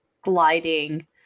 gliding